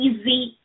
EASY